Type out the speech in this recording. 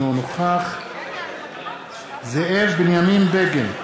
אינו נוכח זאב בנימין בגין,